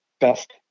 best